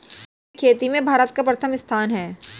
जैविक खेती में भारत का प्रथम स्थान है